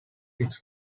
its